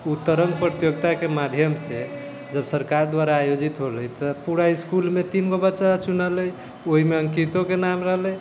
ओ तरङ्ग प्रतियोगिताके माध्यमसँ जब सरकार द्वारा आयोजित होलै तऽ पूरा इसकुलमे तीन गो बच्चा चुनेलै ओहिमे अंकितोके नाम रहलै